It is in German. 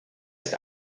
ist